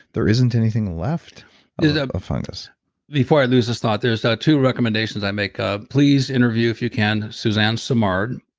there isn't anything left of fungus before i lose this thought, there's a two recommendations i make. ah please interview if you can suzanne simard.